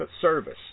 service